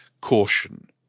caution